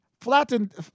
flattened